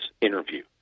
interview